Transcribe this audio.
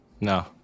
No